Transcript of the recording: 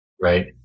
Right